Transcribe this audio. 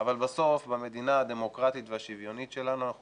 אבל בסוף במדינה הדמוקרטית והשוויונית שלנו אנחנו